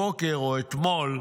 הבוקר, או אתמול,